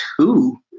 two